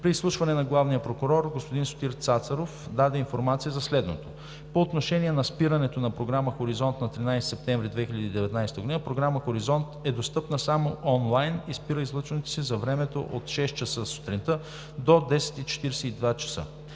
При изслушване на главния прокурор господин Сотир Цацаров даде информация за следното: По отношение на спирането на програма „Хоризонт“, на 13 септември 2019 г. програма „Хоризонт“ е достъпна само онлайн и спира излъчването си за времето от 6,00 ч. сутринта до 10,42 ч.